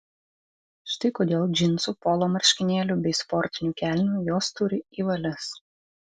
štai kodėl džinsų polo marškinėlių bei sportinių kelnių jos turi į valias